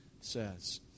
says